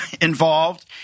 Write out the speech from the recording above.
involved